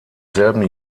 selben